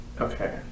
okay